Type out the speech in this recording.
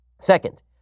Second